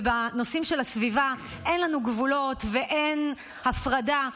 ובנושאים של הסביבה אין לנו גבולות ואין הפרדה,